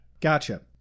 Gotcha